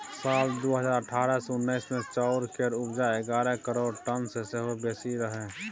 साल दु हजार अठारह उन्नैस मे चाउर केर उपज एगारह करोड़ टन सँ सेहो बेसी रहइ